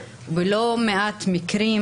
ובלא מעט מקרים,